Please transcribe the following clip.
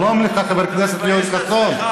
שלום לך, חבר הכנסת יואל חסון.